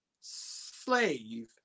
slave